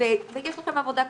ויש שם עבודה קשה.